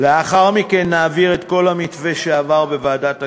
לאחר מכן נעביר את כל המתווה שעבר בוועדת הכספים,